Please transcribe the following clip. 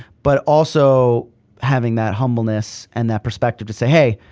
but also having that humbleness and that perspective to say, hey,